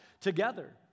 together